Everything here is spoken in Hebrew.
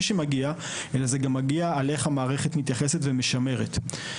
שמגיע אלא גם על איך המערכת מתייחסת ומשמרת.